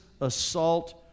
assault